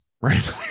right